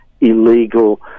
illegal